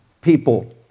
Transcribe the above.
people